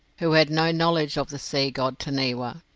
who had no knowledge of the sea god, taniwa.